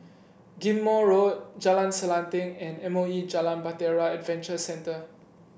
Ghim Moh Road Jalan Selanting and M O E Jalan Bahtera Adventure Centre